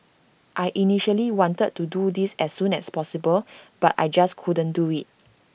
I initially wanted to do this as soon as possible but I just couldn't do IT